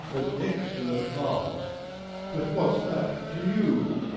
an excellent artist but what's that to you?